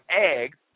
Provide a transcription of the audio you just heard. eggs